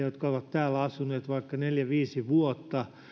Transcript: jotka ovat täällä asuneet vaikka neljä viisi vuotta